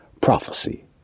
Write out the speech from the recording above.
prophecy